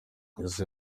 ese